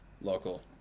local